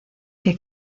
que